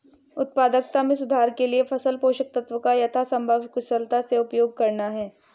उत्पादकता में सुधार के लिए फसल पोषक तत्वों का यथासंभव कुशलता से उपयोग करना है